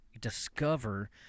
discover